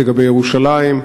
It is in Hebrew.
לגבי ירושלים.